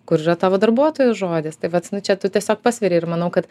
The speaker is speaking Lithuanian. kur yra tavo darbuotojo žodis tai vat nu čia tu tiesiog pasveri ir manau kad